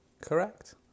Correct